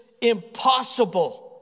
impossible